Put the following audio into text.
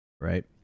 right